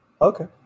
Okay